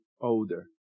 older